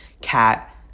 cat